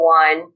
one